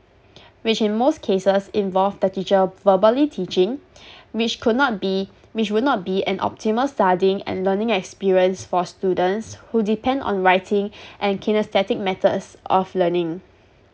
which in most cases involve the teacher verbally teaching which could not be which would not be an optimal studying and learning experience for students who depend on writing and kinestatic methods of learning